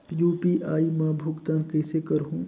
UPI मा भुगतान कइसे करहूं?